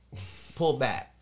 pullback